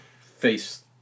face